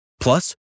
Plus